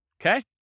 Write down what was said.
okay